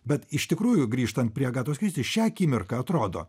bet iš tikrųjų grįžtant prie agatos kristi šią akimirką atrodo